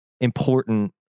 important